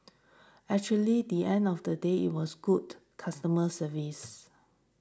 actually the end of the day it was good customer service